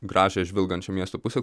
gražią žvilgančią miesto pusę